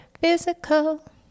physical